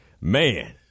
Man